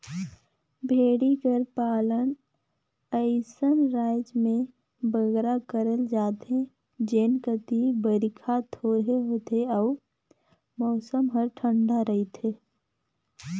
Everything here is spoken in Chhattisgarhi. भेंड़ी कर पालन अइसन राएज में बगरा करल जाथे जेन कती बरिखा थोरहें होथे अउ मउसम हर ठंडा रहथे